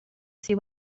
see